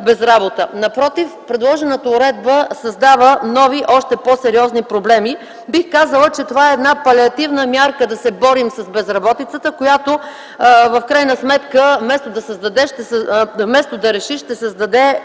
без работа. Напротив. Предложената уредба създава нови, още по-сериозни проблеми. Бих казала, че това е една палиативна мярка да се борим с безработицата, която в крайна сметка вместо да реши, ще създаде